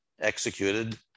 executed